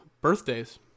Birthdays